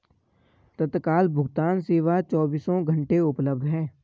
तत्काल भुगतान सेवा चोबीसों घंटे उपलब्ध है